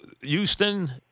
Houston